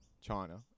China